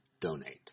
donate